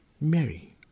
Mary